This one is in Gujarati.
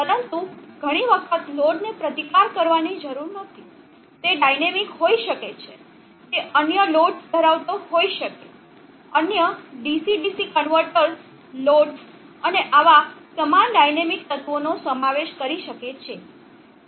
પરંતુ ઘણી વખત લોડને પ્રતિકાર કરવાની જરૂર નથી તે ડાયનામિક હોઈ શકે છે તે અન્ય લોડ્સ ધરાવતો હોય શકે અન્ય DC DC કન્વર્ટર લોડ્સ અને આવા સમાન ડાયનામિક તત્વોનો સમાવેશ કરી શકે છે